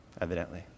evidently